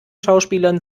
schauspielern